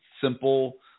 simple